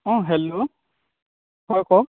অঁ হেল্ল' হয় কওক